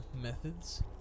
methods